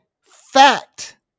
fact